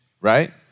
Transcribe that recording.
right